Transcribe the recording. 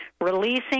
releasing